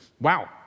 wow